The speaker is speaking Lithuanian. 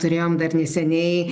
turėjom dar neseniai